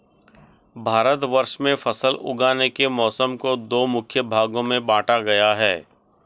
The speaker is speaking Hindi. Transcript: भारतवर्ष में फसल उगाने के मौसम को दो मुख्य भागों में बांटा गया है